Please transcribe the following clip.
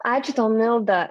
ačiū tau milda